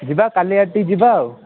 ଯିବା କାଲି ଆଡ଼େ ଟିକେ ଯିବା ଆଉ